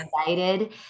excited